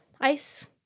ice